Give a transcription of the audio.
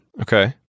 Okay